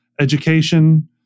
education